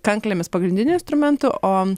kanklėmis pagrindiniu instrumentu o